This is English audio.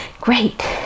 Great